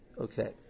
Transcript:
Okay